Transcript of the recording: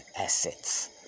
Assets